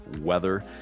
weather